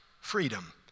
freedom